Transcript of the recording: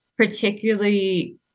particularly